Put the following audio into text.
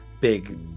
big